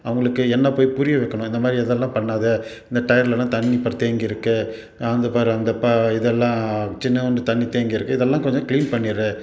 அவங்களுக்கு என்ன போய் புரிய வைக்கணும் இந்த மாதிரி இதெல்லாம் பண்ணாத இந்த டயர்லெலாம் தண்ணி பார் தேங்கியிருக்கு அங்கே பார் அங்கே ப இதெல்லாம் சின்னுான்டு தண்ணி தேங்கியிருக்கு இதெல்லாம் கொஞ்சம் க்ளீன் பண்ணிடு